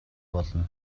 болно